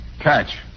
catch